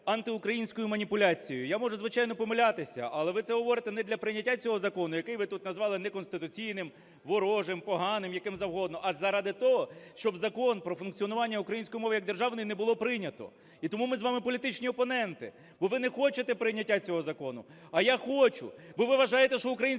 антиукраїнською маніпуляцією. Я можу, звичайно, помилятися, але ви це говорите не для прийняття цього закону, який ви тут назвали неконституційним, ворожим, поганим, яким завгодно, а заради того, щоб Закон про функціонування української мови як державної не було прийнято. І тому ми з вами політичні опоненти, бо ви не хочете прийняття цього закону, а я хочу. Бо ви вважаєте, що українська